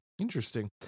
Interesting